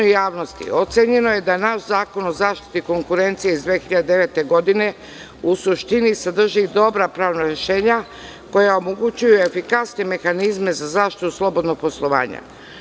javnosti ocenjeno je da naš Zakon o zaštiti konkurencije iz 2009. godine u suštini sadrži dobra pravna rešenja koja omogućuju efikasne mehanizme za zaštitu slobodnog poslovanja.